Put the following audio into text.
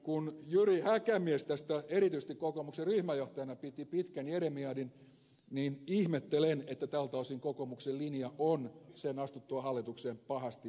kun erityisesti jyri häkämies tästä kokoomuksen ryhmäjohtajana piti pitkän jeremiadin niin ihmettelen että tältä osin kokoomuksen linja on sen astuttua hallitukseen pahasti vaihtunut